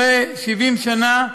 אחרי 70 שנה,